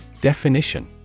Definition